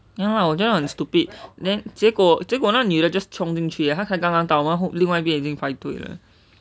ya lah 我觉得很 stupid then 结果结果那女的 just chiong 进去她才刚刚到:jin qu tae cai gang gang dao like hor 另外一边已经排队了 eh